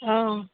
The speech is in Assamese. অঁ